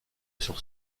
sur